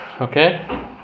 Okay